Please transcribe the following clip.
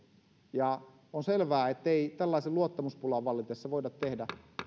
on selvää ettei tällaisen luottamuspulan vallitessa voida tehdä